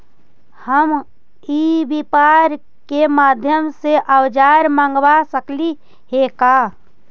हम ई व्यापार के माध्यम से औजर मँगवा सकली हे का?